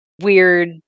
Weird